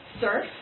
Surf